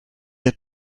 had